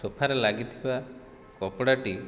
ସୋଫାରେ ଲାଗିଥିବା କପଡ଼ାଟି